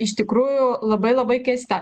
iš tikrųjų labai labai keista